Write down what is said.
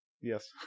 yes